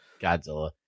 Godzilla